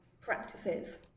practices